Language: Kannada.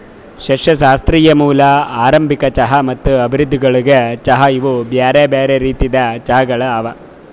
ಸಸ್ಯಶಾಸ್ತ್ರೀಯ ಮೂಲ, ಆರಂಭಿಕ ಚಹಾ ಮತ್ತ ಅಭಿವೃದ್ಧಿಗೊಳ್ದ ಚಹಾ ಇವು ಬ್ಯಾರೆ ಬ್ಯಾರೆ ರೀತಿದ್ ಚಹಾಗೊಳ್ ಅವಾ